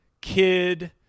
kid-